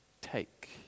take